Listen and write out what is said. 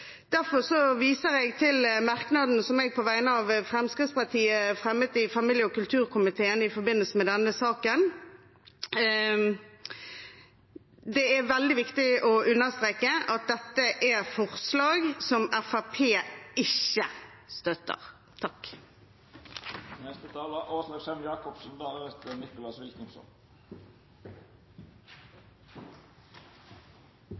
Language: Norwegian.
Derfor viser jeg til merknaden som jeg på vegne av Fremskrittspartiet fremmet i familie- og kulturkomiteen i forbindelse med denne saken. Det er veldig viktig å understreke at dette er et forslag som Fremskrittspartiet ikke støtter.